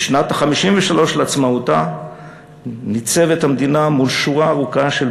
"בשנה ה-53 לעצמאותה ניצבת המדינה מול שורה ארוכה של